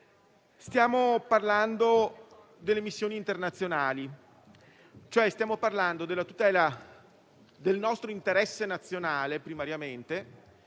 Stiamo parlando delle missioni internazionali, cioè della tutela del nostro interesse nazionale primariamente,